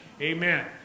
Amen